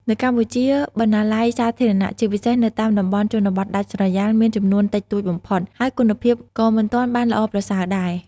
នៅកម្ពុជា បណ្ណាល័យសាធារណៈ ជាពិសេសនៅតាមតំបន់ជនបទដាច់ស្រយាល មានចំនួនតិចតួចបំផុត ហើយគុណភាពក៏មិនទាន់បានល្អប្រសើរដែរ។